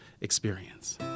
experience